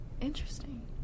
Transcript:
Interesting